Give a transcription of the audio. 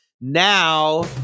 now